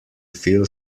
feel